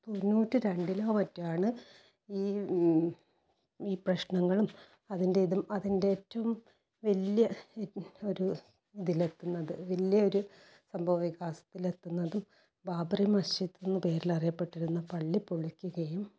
തൊണ്ണൂറ്റി രണ്ടിലോ മറ്റോ ആണ് ഈ ഈ പ്രശ്നങ്ങളും അതിൻ്റെതും അതിൻ്റെ ഏറ്റവും വലിയ ഒരു ഇതില് എത്തുന്നത് വലിയൊരു സംഭവ വികാസത്തിലെത്തുന്നത് ബാബരി മസ്ജിദ് എന്ന പേരിലറിയപ്പെട്ടിരുന്ന പള്ളി പൊളിക്കുകയും